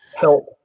help